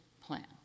plan